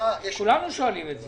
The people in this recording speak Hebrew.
כולנו שואלים את זה.